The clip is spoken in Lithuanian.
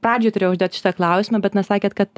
pradžioj turėjau užduot šitą klausimą bet na sakė kad